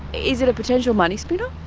is it a potential money spinner?